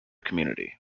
community